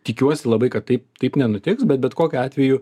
tikiuosi labai kad taip taip nenutiks bet bet kokiu atveju